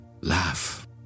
Laugh